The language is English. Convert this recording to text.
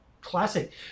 classic